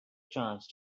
chance